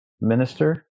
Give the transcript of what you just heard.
minister